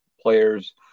players